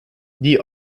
die